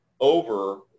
over